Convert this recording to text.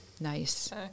Nice